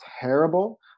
terrible